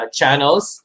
channels